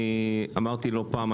אמרתי לא פעם,